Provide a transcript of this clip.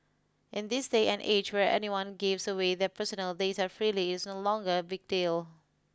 in this day and age where everyone gives away their personal data freely it is no longer a big deal